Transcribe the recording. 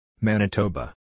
Manitoba